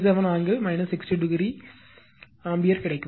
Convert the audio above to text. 57 angle 62 o ampere கிடைக்கும்